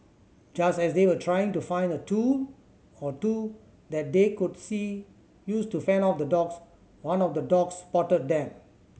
just as they were trying to find a tool or two that they could see use to fend off the dogs one of the dogs spotted them